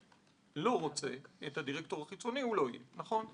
לא רוצה את הדירקטור החיצוני, הוא לא יהיה, נכון?